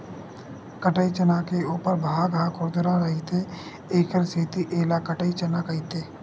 कटही चना के उपर भाग ह खुरदुरहा रहिथे एखर सेती ऐला कटही चना कहिथे